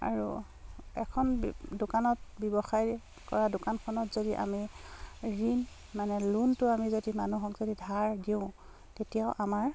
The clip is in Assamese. আৰু এখন দোকানত ব্যৱসায় কৰা দোকানখনত যদি আমি ঋণ মানে লোনটো আমি যদি মানুহক যদি ধাৰ দিওঁ তেতিয়াও আমাৰ